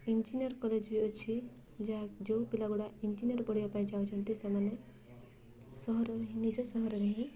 engineer college ବି ଅଛି ଯାହା ଯେଉଁ ପିଲାଗୁଡ଼ା ଇଞ୍ଜିନିଅର ପଢ଼ିବା ପାଇଁ ଚାହୁଁଛନ୍ତି ସେମାନେ ସହରରେ ହିଁ ନିଜ ସହରରେ ହିଁ